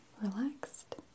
relaxed